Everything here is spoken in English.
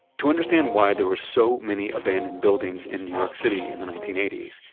to understand why there were so many abandoned buildings in new york city in the nineteen eighty s,